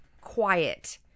quiet